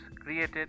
created